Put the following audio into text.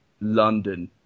London